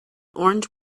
orange